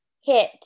hit